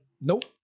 Nope